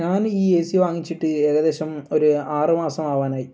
ഞാൻ ഈ A C വാങ്ങിച്ചിട്ട് ഏകദേശം ഒരു ആറ് മാസം ആകാനായി